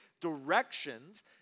directions